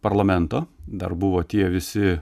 parlamento dar buvo tie visi